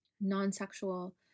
non-sexual